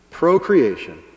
procreation